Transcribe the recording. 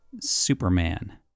Superman